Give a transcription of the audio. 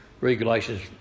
Regulations